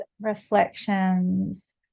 reflections